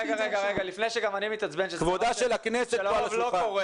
לפני שגם אני מתעצבן שלרוב זה לא קורה